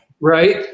Right